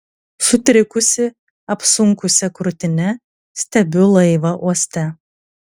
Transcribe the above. sutrikusi apsunkusia krūtine stebiu laivą uoste